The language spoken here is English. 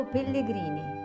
Pellegrini